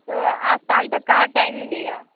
तो आज साम तक कहाँ टाइम मिलेगा